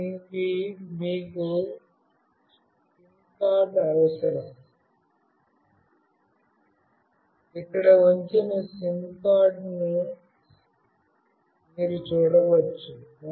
దీనికి మీకు సిమ్కార్డ్ అవసరం ఇక్కడ ఉంచిన సిమ్ కార్డును మీరు చూడవచ్చు